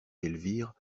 elvire